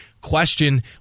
question